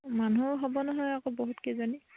মানুহ হ'ব নহয় আকৌ বহুত কেইজনী